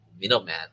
middleman